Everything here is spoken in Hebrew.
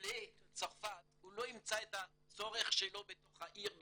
עולה מצרפת לא ימצא את הצורך שלו בתוך העיר בהכרח.